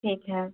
ठीक है